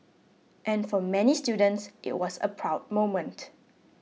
and for many students it was a proud moment